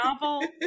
novel